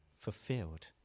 fulfilled